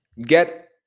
get